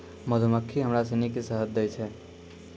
मधुमक्खी हमरा सिनी के शहद दै छै